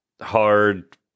hard